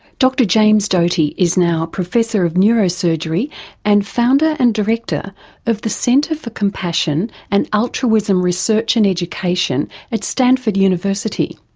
dr james doty is now professor of neurosurgery and founder and director of the center for compassion and altruism research and education at stanford university